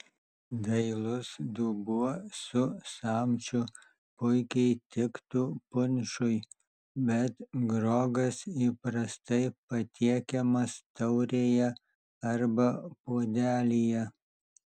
dailus dubuo su samčiu puikiai tiktų punšui bet grogas įprastai patiekiamas taurėje arba puodelyje